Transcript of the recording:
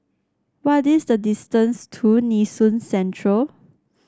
what is the distance to Nee Soon Central